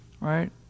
Right